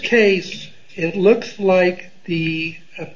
case it looks like the